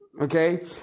Okay